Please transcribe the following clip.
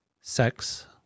sex